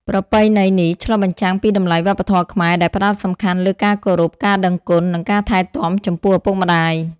ប្រពៃណីនេះ ឆ្លុះបញ្ចាំងពីតម្លៃវប្បធម៌ខ្មែរ ដែលផ្ដោតសំខាន់លើការគោរព ការដឹងគុណ និងការថែទាំចំពោះឪពុកម្តាយ។